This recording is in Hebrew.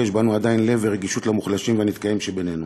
ויש בנו עדיין לב ורגישות למוחלשים והנדכאים שבינינו,